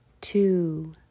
two